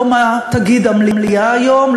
לא מה תגיד המליאה היום,